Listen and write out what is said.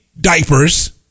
diapers